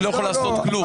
אני לא יכול לעשות כלום.